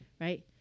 right